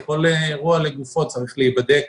כל אירוע לגופו צריך להיבדק